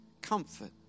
comfort